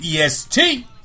EST